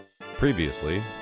Previously